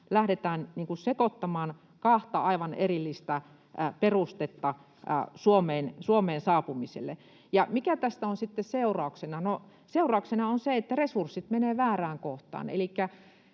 lähdetään sekoittamaan kahta aivan erillistä perustetta Suomeen saapumiselle. Ja mikä tästä on sitten seurauksena? No seurauksena on se, että resurssit menevät väärään kohtaan.